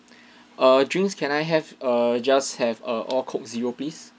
err drinks can I have err just have err all coke zero please